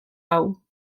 hau